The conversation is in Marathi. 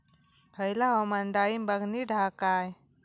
हयला हवामान डाळींबाक नीट हा काय?